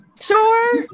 sure